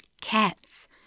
Cats